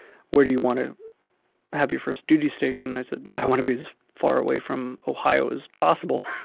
where do you want to have your first duty station? i said, i want to be as far away from ohio as possible.